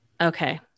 Okay